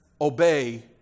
obey